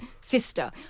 sister